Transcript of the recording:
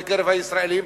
בקרב הישראלים.